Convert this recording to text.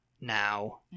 now